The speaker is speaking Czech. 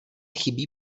chybí